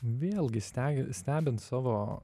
vėlgi stengiu stebint savo